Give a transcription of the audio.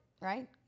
right